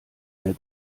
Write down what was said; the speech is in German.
mehr